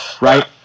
right